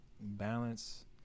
balance